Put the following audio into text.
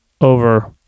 over